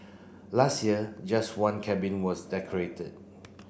last year just one cabin was decorated